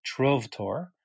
trovtor